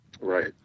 Right